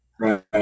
right